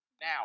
Now